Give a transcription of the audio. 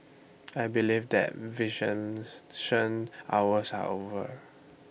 I believe that hours are over